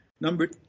Number